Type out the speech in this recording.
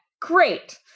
great